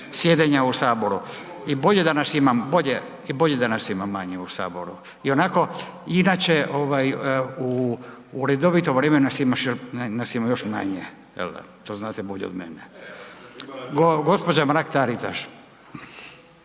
sjedenja u Saboru i bolje da nas ima manje u Saboru. Ionako, inače u redovitom vremenu nas ima još manje, jel da, to znate bolje od mene. Gospođa Mrak Taritaš.